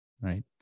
right